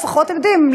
אתם יודעים,